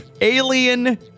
alien